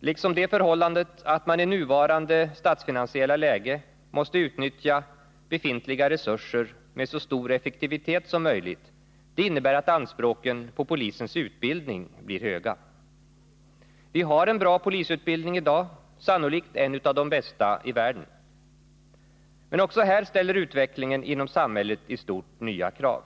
liksom det förhållandet att man i nuvarande statsfinansiella läge måste utnyttja befintliga resurser med så stor effektivitet som möjligt innebär att anspråken på polisens utbildning blir höga. Vi har en bra polisutbildning i dag, sannolikt en av de bästa i världen. Men även här ställer utvecklingen inom samhället i stort nya krav.